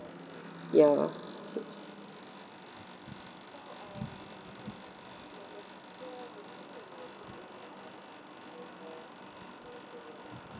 ya